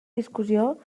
discussió